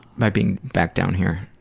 by being back down here?